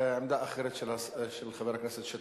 עמדה אחרת של חבר הכנסת שטרית,